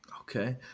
Okay